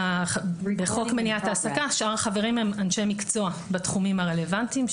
בחוק מניעת העסקה שאר החברים הם אנשי מקצוע בתחומים הרלוונטיים,